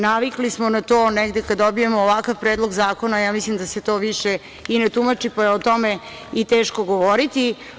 Navikli smo na to negde kada dobijemo ovakav predlog zakona, ja mislim da se to više i ne tumači, pa je o tome i teško govoriti.